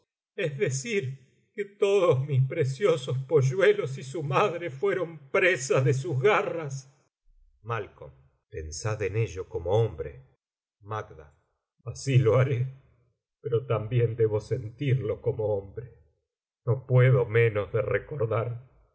es decir que todos mis preciosos polluelos y su madre fueron presa de sus garras malo pensad en ello como hombre macd asi lo haré pero también debo sentirlo como hombre no puedo menos de recordar